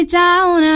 down